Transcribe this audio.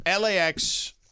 LAX